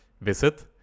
Visit